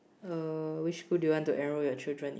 uh which school do you want enroll you children